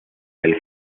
del